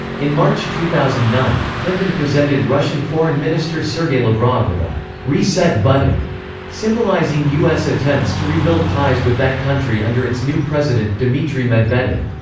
in march two thousand and nine, clinton presented russian foreign minister sergey lavrov with a reset button symbolizing u s. attempts to rebuild ties with that country under its new president, dmitry medvedev.